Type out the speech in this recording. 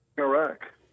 Iraq